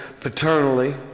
paternally